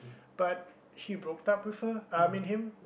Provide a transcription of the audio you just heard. but she broked up with her I mean him